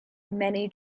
many